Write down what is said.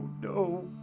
no